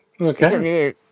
Okay